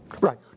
Right